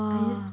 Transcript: I just